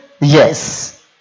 Yes